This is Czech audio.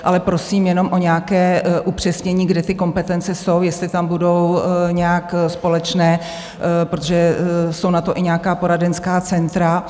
Ale prosím jenom o nějaké upřesnění, kde ty kompetence jsou, jestli tam budou nějak společné, protože jsou na to i nějaká poradenská centra.